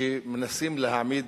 כשמנסים להעמיד